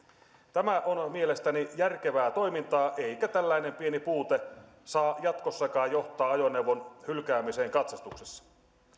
tämä on mielestäni järkevää toimintaa eikä tällainen pieni puute saa jatkossakaan johtaa ajoneuvon hylkäämiseen katsastuksessa